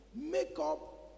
makeup